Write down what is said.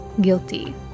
guilty